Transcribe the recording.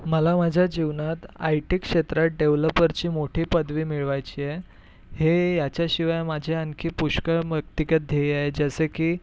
मला माझ्या जीवनात आय टी क्षेत्रात डेवलपरची मोठी पदवी मिळवायची आहे हे ह्याच्याशिवाय माझे आणखी पुष्कळ व्यक्तिगत ध्येय आहे जसे की